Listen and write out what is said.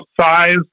size